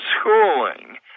schooling